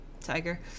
tiger